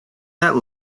that